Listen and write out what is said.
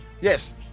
yes